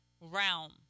realm